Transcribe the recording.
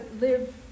live